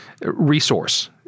resource